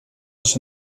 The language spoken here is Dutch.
eens